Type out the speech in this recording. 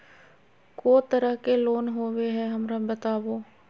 को तरह के लोन होवे हय, हमरा बताबो?